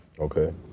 Okay